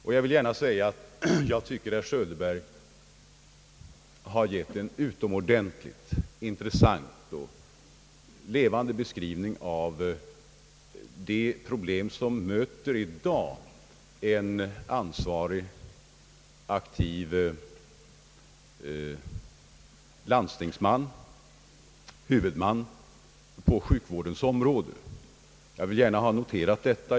Och jag vill gärna säga, att jag tycker herr Söderberg har gett en utomordentligt intressant och levande beskrivning av de problem som i dag möter en an svarig, aktiv ledamot av ett landsting, d. v. s. en huvudman på sjukvårdens område. Jag vill gärna ha noterat detta.